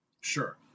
Sure